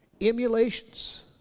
Emulations